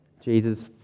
Jesus